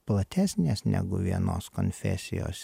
platesnės negu vienos konfesijos